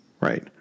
Right